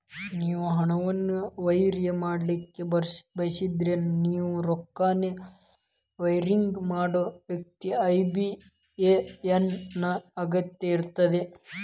ನೇವು ಹಣವನ್ನು ವೈರ್ ಮಾಡಲಿಕ್ಕೆ ಬಯಸಿದ್ರ ನೇವು ರೊಕ್ಕನ ವೈರಿಂಗ್ ಮಾಡೋ ವ್ಯಕ್ತಿ ಐ.ಬಿ.ಎ.ಎನ್ ನ ಅಗತ್ಯ ಇರ್ತದ